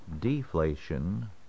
Deflation